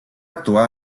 actuar